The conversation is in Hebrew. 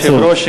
כבוד היושב-ראש,